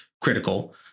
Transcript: critical